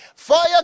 Fire